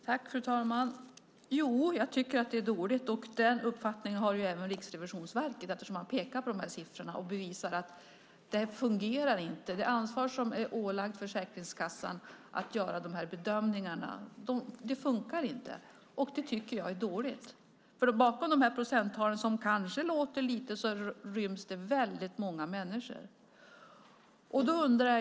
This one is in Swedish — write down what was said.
Fru talman! Jo, jag tycker att det är dåligt, och den uppfattningen har ju även Riksrevisionsverket eftersom man pekar på de här siffrorna och bevisar att det här inte fungerar. Det ansvar som Försäkringskassan ålagts för att göra de här bedömningarna funkar inte. Det tycker jag är dåligt, för bakom de här procenttalen, som kanske låter låga, ryms det väldigt många människor.